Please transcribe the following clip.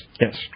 yes